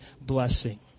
blessing